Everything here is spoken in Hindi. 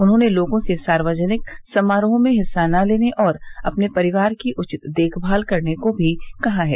उन्होंने लोगों से सार्वजनिक समारोहों में हिस्सा न लेने और अपने परिवार की उचित देखभाल करने को भी कहा है